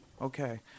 Okay